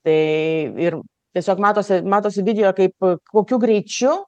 tai ir tiesiog matosi matosi didijo kaip kokiu greičiu